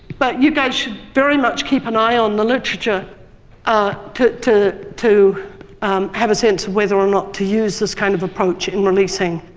but you guys should very much keep an eye on the literature ah to to have a sense of whether or not to use this kind of approach in releasing